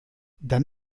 dann